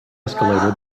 escalator